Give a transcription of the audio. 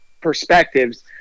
perspectives